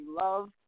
love